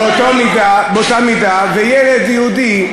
באותה מידה ילד יהודי,